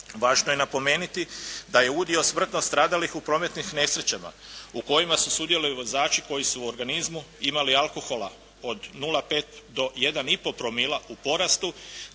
važno je napomenuti da je udio smrtno stradalih u prometnim nesrećama u kojima su sudjelovali vozači koji su u organizmu imali alkohola od 0,5 do 1,5 promila u porastu,